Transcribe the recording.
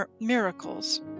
miracles